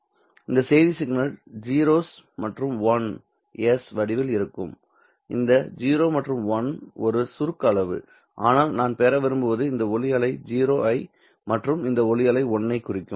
இந்த செய்தி signal 0's மற்றும் 1's வடிவில் இருக்கும் இந்த 0 மற்றும் 1 ஒரு சுருக்க அளவு ஆனால் நான் பெற விரும்புவது இந்த ஒளி அலை 0 ஐ மற்றும் இந்த ஒளி அலை 1 ஐ குறிக்கும்